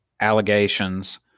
allegations